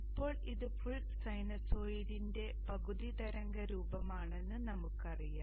ഇപ്പോൾ ഇത് ഫുൾ സൈനസോയിഡിന്റെ പകുതി തരംഗ രൂപമാണെന്ന് നമുക്കറിയാം